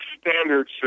standard